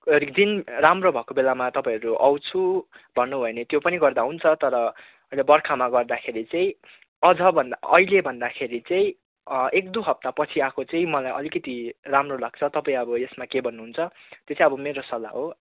दिन राम्रो भएको बेलामा तपाईँहरू आँउछु भन्नुभयो भने त्यो पनि गर्दा हुन्छ तर अहिले बर्खामा गर्दाखेरि चाहिँ अझभन्दा अहिलेभन्दा खेरि चाहिँ एक दुई हप्तापछि आएको चाहिँ मलाई अलिकति राम्रो लाग्छ तपाईँ अब यसमा के भन्नुहुन्छ त्यो चाहिँ अब मेरो सल्लाह हो